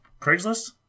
Craigslist